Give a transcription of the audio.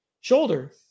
shoulder